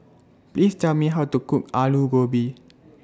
Please Tell Me How to Cook Aloo Gobi